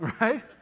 Right